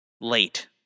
late